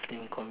community